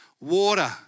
Water